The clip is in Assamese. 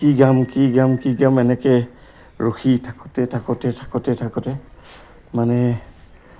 কি গাম কি গাম কি গাম এনেকে ৰখি থাকোঁতে থাকোঁতে থাকোঁতে থাকোঁতে মানে